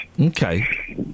Okay